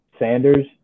Sanders